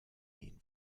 gehen